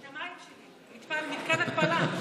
את המים שלי, מתקן התפלה.